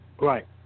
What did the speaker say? Right